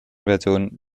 version